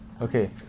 Okay